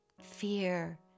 fear